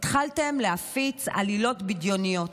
התחלתם להפיץ עלילות בדיוניות.